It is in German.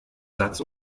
satz